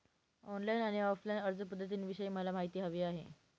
online आणि offline अर्जपध्दतींविषयी मला माहिती हवी आहे